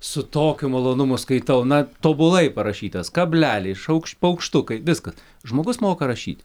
su tokiu malonumu skaitau na tobulai parašytas kablelis šaukš paukštukai viskas žmogus moka rašyti